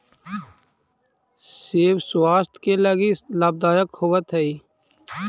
सेब स्वास्थ्य के लगी लाभदायक होवऽ हई